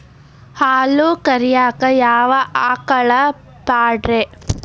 ಹಾಲು ಕರಿಯಾಕ ಯಾವ ಆಕಳ ಪಾಡ್ರೇ?